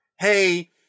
Hey